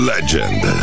Legend